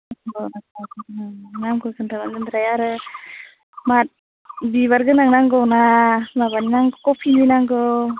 अ नामखौ खोन्थाबा ओमफ्राय आरो मा बिबारगोनां नांगौ ना माबानि नांगौ कफिनि नांगौ